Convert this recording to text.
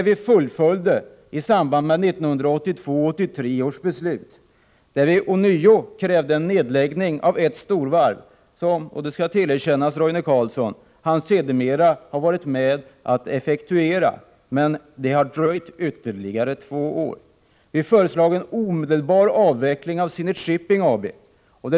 Vi fullföljde detta förslag i samband med 1982/83 års beslut, där vi ånyo krävde en nedläggning av ett storvarv, vilket Roine Carlsson — det skall erkännas — sedermera har varit med om att effektuera. Det dröjde emellertid ytterligare två år. Vi föreslog en omedelbar avveckling av Zenit Shipping AB.